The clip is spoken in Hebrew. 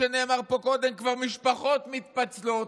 פה קודם, כבר משפחות מתפצלות.